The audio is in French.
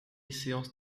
séance